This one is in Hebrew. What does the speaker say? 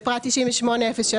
(ה) 98.03,